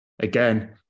Again